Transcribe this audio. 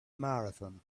marathon